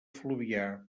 fluvià